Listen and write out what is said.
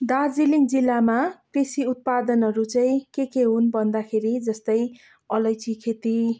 दार्जिलिङ जिल्लामा कृषि उत्पादनहरू चाहिँ के के हुन् भन्दाखेरि जस्तै अलैँची खेती